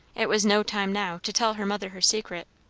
it was no time now, to tell her mother her secret.